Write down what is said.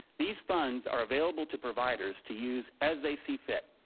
these funds are available to providers to use as they see fit,